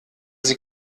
sie